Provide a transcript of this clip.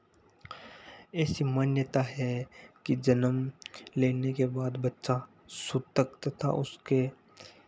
ऐसी मान्यता है कि जन्म लेने के बाद बच्चा सूतक तथा उसके